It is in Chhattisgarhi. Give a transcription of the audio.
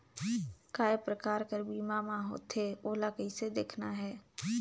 काय प्रकार कर बीमा मा होथे? ओला कइसे देखना है?